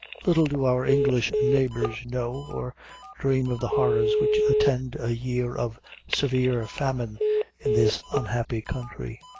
little do our english neighbors know or dream of the horrors which attend a year of severe famine in this unhappy country.